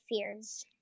fears